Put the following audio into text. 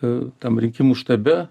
a tam rinkimų štabe